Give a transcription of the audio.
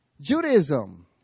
Judaism